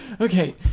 Okay